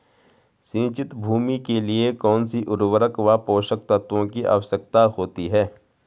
सिंचित भूमि के लिए कौन सी उर्वरक व पोषक तत्वों की आवश्यकता होती है?